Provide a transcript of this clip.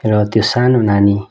र त्यो सानो नानी